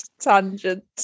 tangent